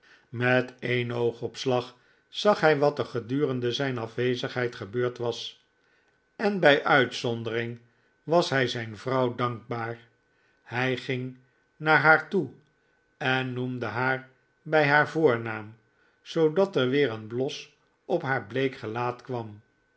met een oogopslag zag hij wat er gedurende zijn afwezigheid gebeurd was en bij uitzondering was hij zijn vrouw dankbaar hij ging naar haar toe en noemde haar bij haar voornaam zoodat er weer een bios op haar bleek gelaat kwam